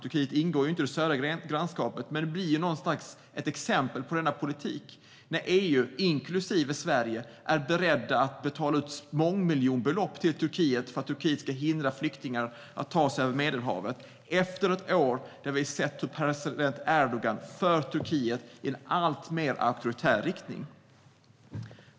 Turkiet ingår inte i det södra grannskapet, men det blir ett exempel på denna politik när EU, inklusive Sverige, är berett att betala ut mångmiljonbelopp till Turkiet för att Turkiet ska hindra flyktingar att ta sig över Medelhavet, efter ett år där vi har sett hur president Erdogan för Turkiet framåt i en alltmer auktoritär riktning.